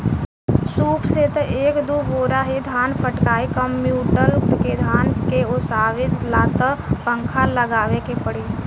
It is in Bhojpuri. सूप से त एक दू बोरा ही धान फटकाइ कुंयुटल के धान के ओसावे ला त पंखा लगावे के पड़ी